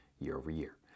year-over-year